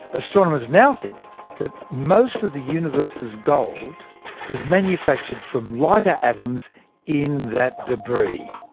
astronomers now think that most of the universe's gold was manufactured from lighter atoms in that debris.